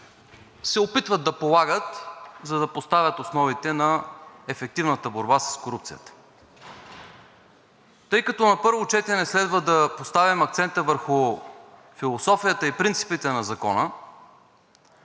се опитват да полагат, за да поставят основите на ефективната борба с корупцията. Тъй като на първо четене следва да поставим акцента върху философията и принципите на Закона,